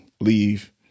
leave